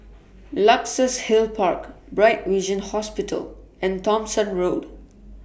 Luxus Hill Park Bright Vision Hospital and Thomson Road